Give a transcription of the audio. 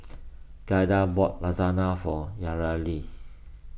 Giada bought Lasagna for Yareli